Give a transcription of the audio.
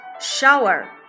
Shower